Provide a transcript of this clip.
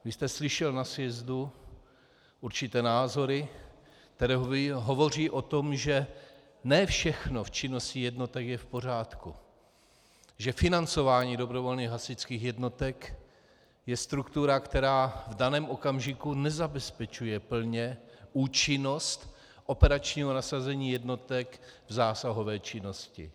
Vy jste slyšel na sjezdu určité názory, které hovoří o tom, že ne všechno v činnosti jednotek je v pořádku, že financování dobrovolných hasičských jednotek je struktura, která v daném okamžiku nezabezpečuje plně účinnost operačního nasazení jednotek v zásahové činnosti.